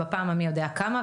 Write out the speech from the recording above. בפעם המי יודע כמה,